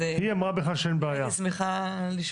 אז הייתי שמחה לשמוע.